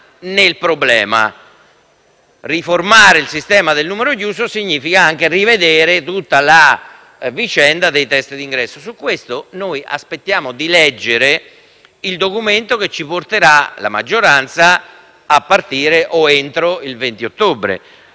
nel problema. Riformare il sistema del numero chiuso significa anche rivedere tutta la vicenda dei test d'ingresso. Su questo noi aspettiamo di leggere il disegno di legge di bilancio che la maggioranza ci presenterà entro il 20 ottobre.